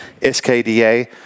SKDA